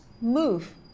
move